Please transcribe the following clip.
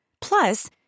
Plus